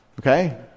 Okay